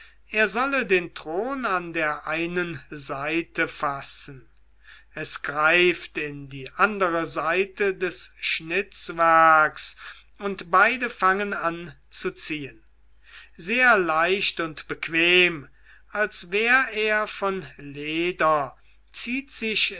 er solle den thron an der einen seite fassen es greift in die andere seite des schnitzwerks und beide fangen an zu ziehen sehr leicht und bequem als wär er von leder zieht sich